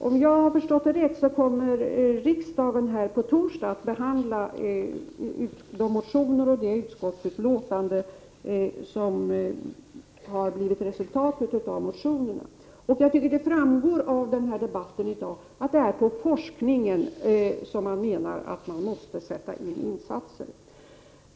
Om jag har förstått rätt, kommer riksdagen på torsdag att behandla motioner och ett utskottsutlåtande som blivit resultatet av dessa motioner. Jag tycker det framgår av debatten i dag att det är på forskningen som man menar att det måste sättas in insatser.